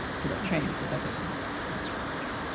for that change. but that doesn't help answer the question.